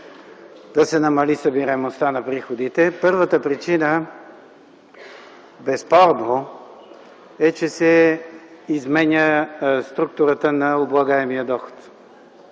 да се намали събираемостта на приходите. Първата причина безспорно е, че се изменя структурата на облагаемия доход.